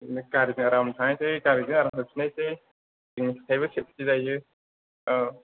गारिजों आराम थांनायसै गारिजों आराम फैफिननायसै जोंनिफ्राइबो सेफटि जायो औ